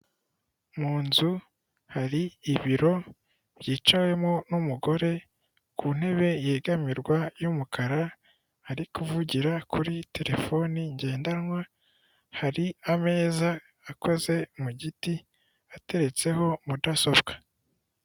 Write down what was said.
Mu nzu hari ibiro byicawemo n'umugore ku ntebe yegamirwa yumukara, ari kuvugira kuri terefone ngendanwa, hari ameza akoze mu giti ateretseho mudasobwa.